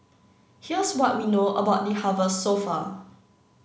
here's what we know about the harvest so far